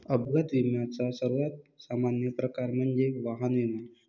अपघात विम्याचा सर्वात सामान्य प्रकार म्हणजे वाहन विमा